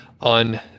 on